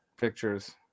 pictures